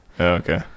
okay